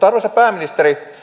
arvoisa pääministeri